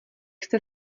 jste